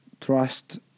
trust